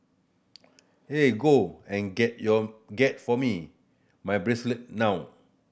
eh go and get your get for me my bracelet now